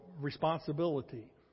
responsibility